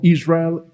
Israel